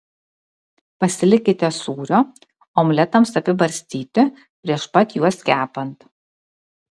pasilikite sūrio omletams apibarstyti prieš pat juos kepant